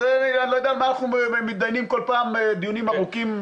אז אני לא יודע על מה אנחנו מתדיינים בכל פעם דיונים ארוכים,